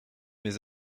mes